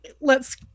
lets